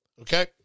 Okay